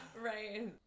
right